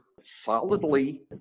solidly